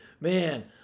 man